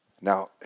Now